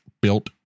built